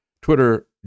Twitter